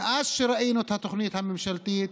מאז שראינו את התוכנית הממשלתית,